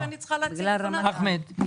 אחמד.